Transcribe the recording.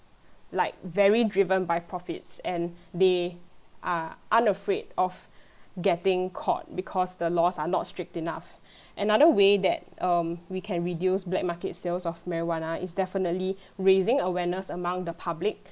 like very driven by profit and they are unafraid of getting caught because the laws are not strict enough another way that um we can reduce the black market sales of marijuana is definitely raising awareness among the public